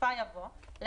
בסופה יבוא ",